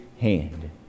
hand